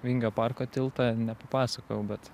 vingio parko tiltą nepapasakojau bet